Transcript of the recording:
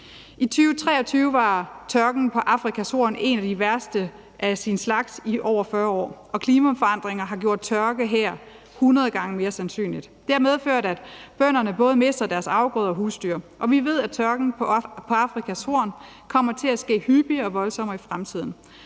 I 2023 var tørken på Afrikas Horn en af de værste af sin slags i over 40 år, og klimaforandringer har gjort tørke her 100 gange mere sandsynligt. Det medfører, at bønderne mister både deres afgrøder og husdyr, og vi ved, at tørken på Afrikas Horn kommer til at ske hyppigere og vil bliv voldsommere i fremtiden.